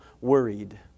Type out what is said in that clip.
worried